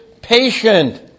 patient